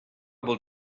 will